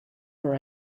for